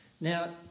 Now